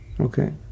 okay